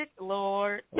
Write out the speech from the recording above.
Lord